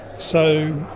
so